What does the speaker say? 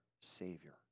Savior